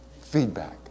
Feedback